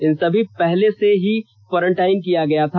इन सभी पहले से ही क्वारंटाइन किया गया था